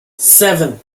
seven